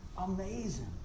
amazing